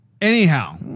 Anyhow